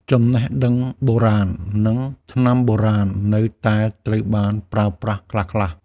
ចំណេះដឹងបុរាណ និងថ្នាំបុរាណនៅតែត្រូវបានប្រើប្រាស់ខ្លះៗ។